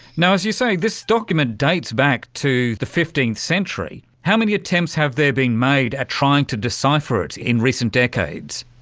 as you say, this document dates back to the fifteenth century. how many attempts have there been made at trying to decipher it in recent decades?